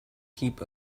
heap